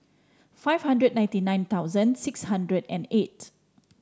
five hundred ninety nine thousand six hundred and eight